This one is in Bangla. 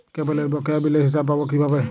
কেবলের বকেয়া বিলের হিসাব পাব কিভাবে?